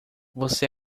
você